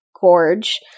gorge